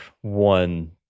one